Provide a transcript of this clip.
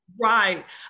Right